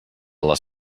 les